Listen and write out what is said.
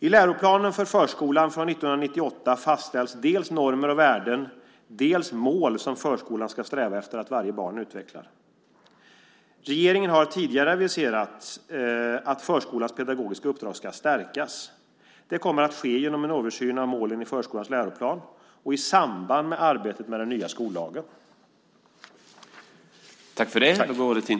I läroplanen för förskolan fastställs dels normer och värden, dels mål som förskolan ska sträva efter att varje barn utvecklar. Regeringen har tidigare aviserat att förskolans pedagogiska uppdrag ska stärkas. Det kommer att ske genom en översyn av målen i förskolans läroplan och i samband med arbetet med den nya skollagen.